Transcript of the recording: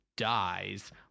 dies